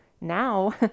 now